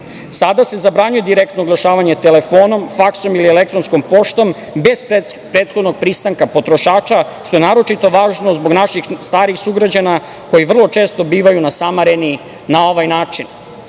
se zabranjuje direktno oglašavanje telefonom, faksom ili elektronskom poštom bez prethodnog pristanka potrošača, što je naročito važno zbog naših starijih sugrađana koji vrlo često bivaju nasamareni na ovaj